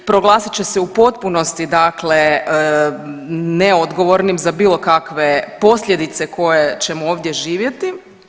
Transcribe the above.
Proglasit će se u potpunosti dakle neodgovornim za bilo kakve posljedice koje ćemo ovdje živjeti.